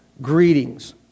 Greetings